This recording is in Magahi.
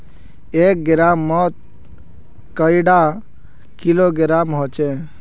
एक ग्राम मौत कैडा किलोग्राम होचे?